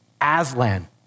Aslan